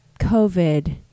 COVID